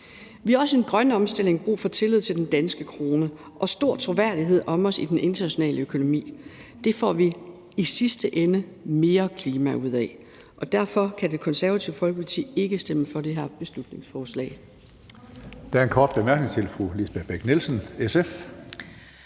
Vi har også i den grønne omstilling brug for tillid til den danske krone og stor troværdighed om os i den internationale økonomi. Det får vi i sidste ende mere klima ud af. Og derfor kan Det Konservative Folkeparti ikke stemme for det her beslutningsforslag.